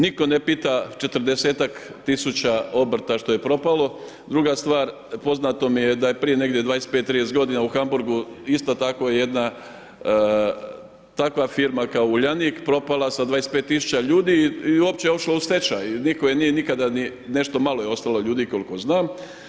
Niko ne pita 40.000 obrta što je propalo, druga stvar poznato mi je da je prije negdje 25-30 godina u Hamburgu isto tako jedna takva firma kao Uljanik propala sa 25.000 ljudi i opće otišla u stečaj, niko je nije nikada nešto je malo ostalo ljudi koliko znam.